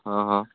ହଁ ହଁ